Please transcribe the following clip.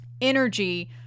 energy